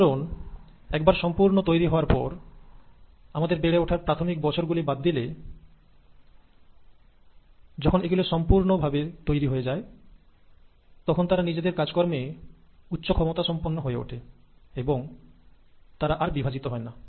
neuron একবার সম্পূর্ণ ভাবে তৈরি হওয়ার পর আমাদের বিকাশের প্রাথমিক কয়েকটা বছর বাদ দিলে একবার যখন তারা সম্পূর্ণ তৈরি হয়ে যায় এবং নিজেদের কাজকর্মে উচ্চক্ষমতা সম্পন্ন হয়ে ওঠে তারা আর বিভাজিত হয় না